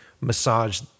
massage